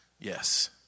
yes